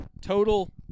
total